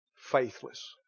Faithless